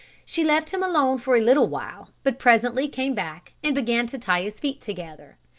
she left him alone for a little while, but presently came back and began to tie his feet together.